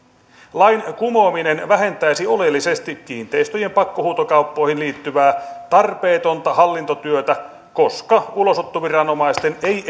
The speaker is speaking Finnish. lain kumoaminen vähentäisi oleellisesti kiinteistöjen pakkohuutokauppoihin liittyvää tarpeetonta hallintotyötä koska ulosottoviranomaisten ei